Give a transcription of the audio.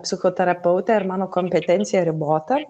psichoterapeutė ir mano kompetencija ribota